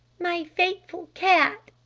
my faithful cat!